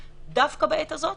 דווקא בעת הזו,